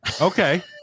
Okay